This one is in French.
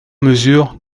mesure